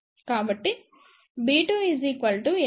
కాబట్టి b2 S21a1 S22 ΓL b2